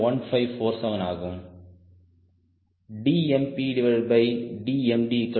1547 ஆகும் DmPDmD1